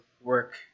work